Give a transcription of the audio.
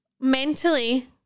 mentally